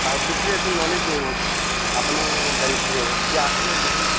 pipe ବିଷୟରେ ଏତେ knowledge ନାହିଁ ମୋର ଆପଣ ମାନେ ଜାଣିଥିବେ ଟିକେ ଆସିକି ଦେଖନ୍ତୁ